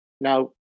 Now